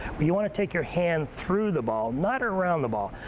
but you want to take your hand through the ball, not around the ball.